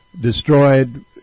destroyed